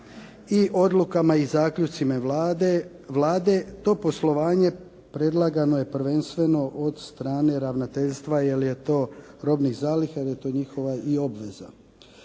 i odlukama i zaključcima Vlade, to poslovanje predlagano je prvenstveno od strane ravnateljstva robnih zaliha jer je to njihova i obveza.